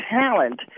talent